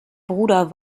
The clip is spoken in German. bruder